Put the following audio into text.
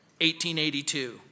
1882